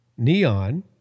Neon